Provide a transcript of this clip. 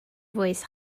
voice